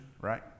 right